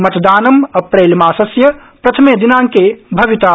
मतदानं अप्रैलमासस्य प्रथमे दिनांके भविता